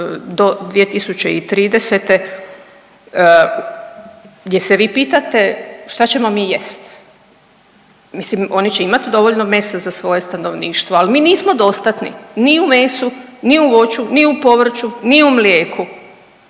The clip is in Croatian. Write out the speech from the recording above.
do 2030., jel se vi pitate šta ćemo mi jesti, mislim oni će imati dovoljno mesa za svoje stanovništvo, ali mi nismo dostatni ni u mesu, ni u voću, ni u povrću, ni u mlijeku.